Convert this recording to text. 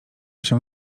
się